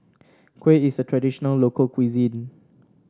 Kuih is a traditional local cuisine